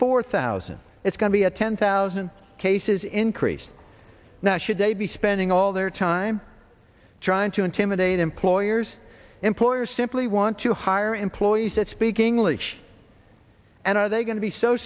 four thousand it's going to be a ten thousand cases increase now should they be spending all their time trying to intimidate employers employers simply want to hire employees that speak english and are they going to be so